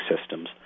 systems